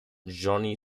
johnny